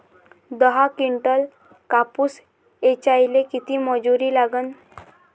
दहा किंटल कापूस ऐचायले किती मजूरी लागन?